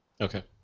Okay